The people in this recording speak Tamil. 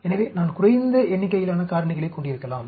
எனவே நான் குறைந்த எண்ணிக்கையிலான காரணிகளைக் கொண்டிருக்கலாம்